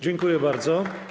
Dziękuję bardzo.